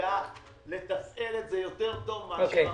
יידע לתפעל את זה יותר טוב מאשר המדינה.